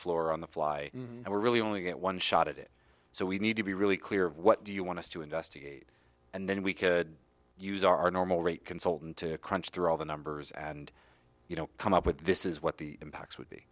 floor on the fly and we're really only get one shot at it so we need to be really clear of what do you want to investigate and then we could use our normal rate consultant to crunch through all the numbers and you know come up with this is what the impacts would be